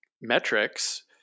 metrics